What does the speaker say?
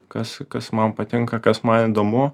kas kas man patinka kas man įdomu